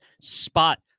spot